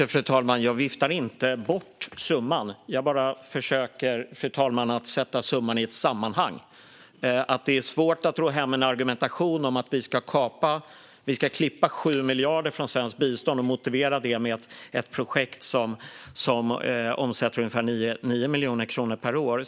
Fru talman! Jag viftar inte bort summan. Jag försöker bara sätta in den i ett sammanhang. Det är svårt att ro hem en argumentation om att vi ska klippa 7 miljarder från svenskt bistånd om man motiverar det med ett projekt som omsätter ungefär 9 miljoner kronor per år.